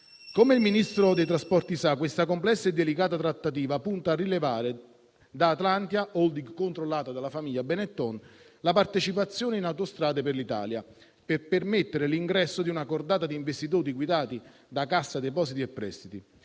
e dei trasporti sa, questa complessa e delicata trattativa punta a rilevare da Atlantia SpA, *holding* controllata dalla famiglia Benetton, la partecipazione in Autostrade per l'Italia, per permettere l'ingresso di una cordata di investitori guidati da Cassa depositi e prestiti.